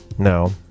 No